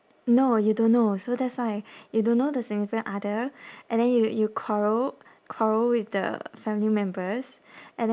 no you don't know so that's why you don't know the significant other and then you you quarrel quarrel with the family members and then